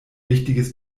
wichtiges